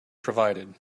provided